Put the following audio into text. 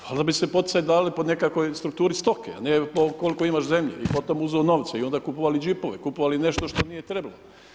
Valjda bi se poticaji dali po nekakvoj strukturi stoke, a ne koliko imaš zemlje i potom uzeo novce i onda kupovali džipove, kupovali nešto što nije trebalo.